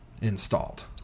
installed